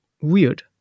Weird